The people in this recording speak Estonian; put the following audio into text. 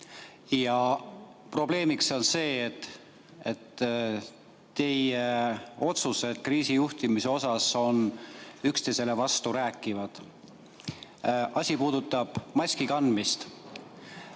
Probleem on see, et teie otsused kriisijuhtimise osas on üksteisele vasturääkivad. Asi puudutab maski kandmist.